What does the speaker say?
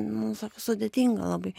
mum sakė sudėtinga labai